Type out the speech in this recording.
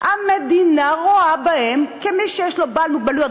המדינה רואה בהם כמי שיש לו מוגבלויות,